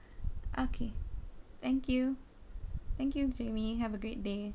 okay thank you thank you jimmy have a good day